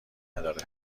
نداره